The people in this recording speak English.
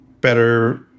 better